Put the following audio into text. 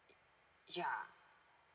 yeah